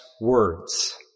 words